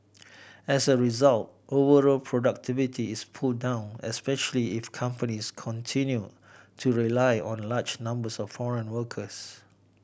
as a result overall productivity is pulled down especially if companies continue to rely on large numbers of foreign workers